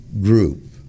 group